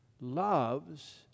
loves